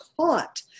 caught